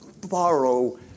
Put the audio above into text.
borrow